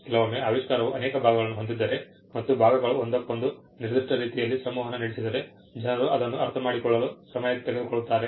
ಕೆಲವೊಮ್ಮೆ ಆವಿಷ್ಕಾರವು ಅನೇಕ ಭಾಗಗಳನ್ನು ಹೊಂದಿದ್ದರೆ ಮತ್ತು ಭಾಗಗಳು ಒಂದಕ್ಕೊಂದು ನಿರ್ದಿಷ್ಟ ರೀತಿಯಲ್ಲಿ ಸಂವಹನ ನಡೆಸಿದರೆ ಜನರು ಅದನ್ನು ಅರ್ಥಮಾಡಿಕೊಳ್ಳಲು ಸಮಯ ತೆಗೆದುಕೊಳ್ಳುತ್ತಾರೆ